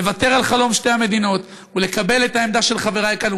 לוותר על חלום שתי המדינות ולקבל את העמדה של חברי כאן,